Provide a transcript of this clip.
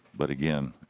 but again